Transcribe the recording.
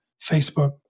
Facebook